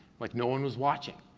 like no one was watching.